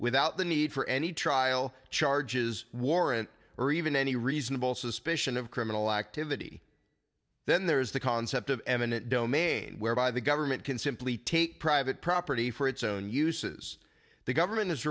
without the need for any trial charges warrant or even any reasonable suspicion of criminal activity then there is the concept of eminent domain whereby the government can simply take private property for its own uses the government is